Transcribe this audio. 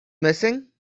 missing